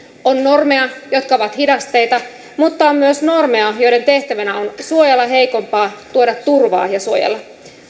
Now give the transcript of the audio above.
on normeja jotka ovat hidasteita mutta on myös normeja joiden tehtävänä on suojella heikompaa tuoda turvaa ja suojella